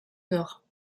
nord